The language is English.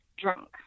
drunk